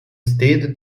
steady